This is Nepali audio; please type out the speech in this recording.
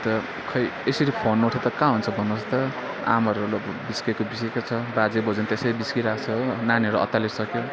अन्त खोइ यसरी फोन नउठाउँदा त कहाँ हुन्छ भन्नुहोस् त आमाहरू बिच्केको बिच्केकै छ बाजे बोज्यू त्यसै बिच्किरहेको छ हो नानीहरू अत्तालिसक्यो